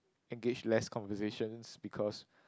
engage less conversations because